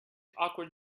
awkward